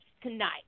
tonight